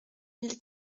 mille